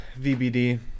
VBD